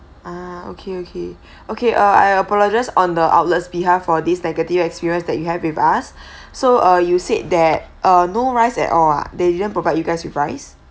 ah okay okay okay ah I apologise on the outlets behalf for this negative experience that you have with us so uh you said that uh no rice at all ah they didn't provide you guys with rice